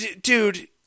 dude